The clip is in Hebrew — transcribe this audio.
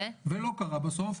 זה לא קרה בסוף,